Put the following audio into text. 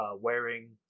wearing